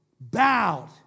bowed